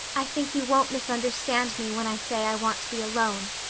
i think you won't misunderstand me when i say i want to be alone.